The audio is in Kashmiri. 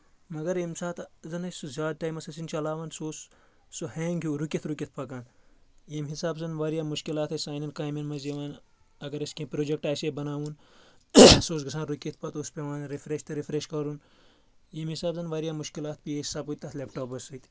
مگر ییٚمہِ ساتہٕ زَن ٲسۍ سُہ زیادٕ ٹایمَس ٲسِنۍ چلاوان سُہ اوس سُہ ہینٛگ ہیوٗ رُکِتھ رُکِتھ پکان ییٚمہِ حِساب زَن واریاہ مُشکِلات ٲسۍ سانؠن کامؠن منٛز یِوان اگر أسۍ کینٛہہ پروجکٹہٕ آسہِ ہے بناوُن سُہ اوس گژھان رُکِتھ پَتہٕ اوس پؠوان رِفریش تہٕ رِفریش کرُن ییٚمہِ حِساب زَن واریاہ مُشکِلات پیس سَپٔدۍ تَتھ لیپ ٹاپَس سۭتۍ